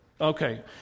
Okay